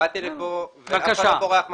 באתי לכאן ואף אחד לא בורח מאחריות.